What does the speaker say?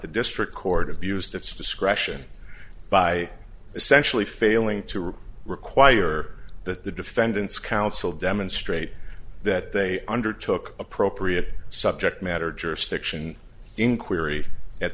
the district court of used its discretion by essentially failing to require that the defendant's counsel demonstrate that they under took appropriate subject matter jurisdiction inquiry at